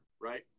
right